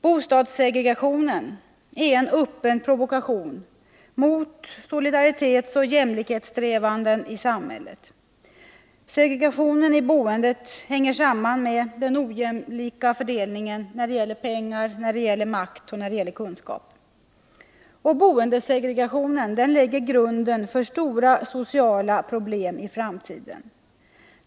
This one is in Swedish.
Bostadssegregationen är en öppen provokation mot solidaritetsoch jämlikhetssträvanden i samhället. Segregationen i boendet sammanhänger med den ojämlika fördelningen av pengar, kunskap och makt. Boendesegregationen lägger grunden för stora sociala problem i framtiden.